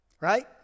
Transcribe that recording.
Right